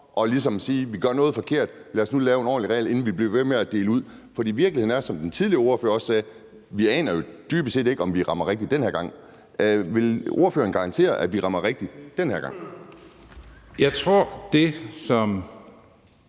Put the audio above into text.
for ligesom at sige, at vi gør noget forkert, og lad os nu lave en ordentlig regel, inden vi bliver ved med at dele ud. For virkeligheden er, som den tidligere ordfører også sagde: Vi aner jo dybest set ikke, om vi rammer rigtigt den her gang. Vil ordføreren garantere, at vi rammer rigtigt den her gang? Kl. 11:05 Den fg.